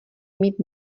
mít